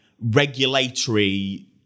regulatory